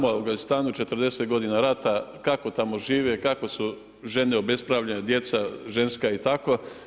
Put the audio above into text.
Znamo u Afganistanu 40 godina rata kako tamo žive, kako su žene obespravljene, djeca ženska i tako.